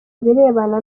birebana